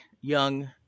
young